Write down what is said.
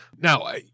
Now